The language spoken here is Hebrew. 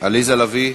עליזה לביא.